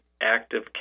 active